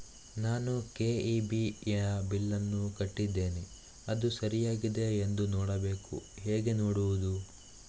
ನಾನು ಕೆ.ಇ.ಬಿ ಯ ಬಿಲ್ಲನ್ನು ಕಟ್ಟಿದ್ದೇನೆ, ಅದು ಸರಿಯಾಗಿದೆಯಾ ಎಂದು ನೋಡಬೇಕು ಹೇಗೆ ನೋಡುವುದು?